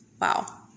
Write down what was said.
Wow